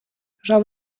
zou